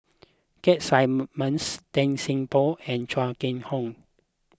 Keith Simmons Tan Seng Poh and Chong Kee Hiong